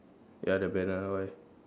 ya the banner ah why